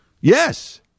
Yes